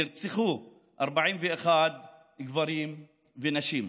נרצחו 41 גברים ונשים.